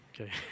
Okay